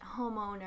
homeowner